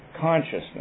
consciousness